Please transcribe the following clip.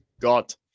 got